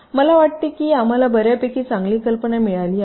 मला वाटते की आम्हाला बर्यापैकी चांगली कल्पना मिळाली आहे